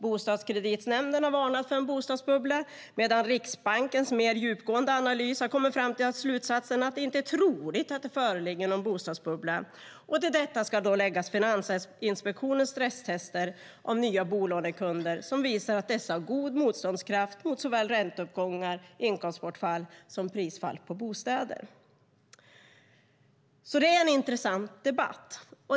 Bostadskreditnämnden har varnat för en bostadsbubbla medan Riksbankens mer djupgående analys har kommit fram till slutsatsen att det inte är troligt att det föreligger någon bostadsbubbla. Till detta ska läggas Finansinspektionens stresstester av nya bolånekunder, som visar att dessa har god motståndskraft mot såväl ränteuppgångar, inkomstbortfall som prisfall på bostäder. Det är en intressant debatt.